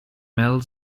mel